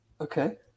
Okay